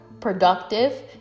productive